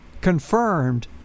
confirmed